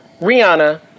Rihanna